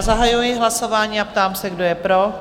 Zahajuji hlasování a ptám se, kdo je pro?